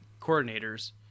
coordinators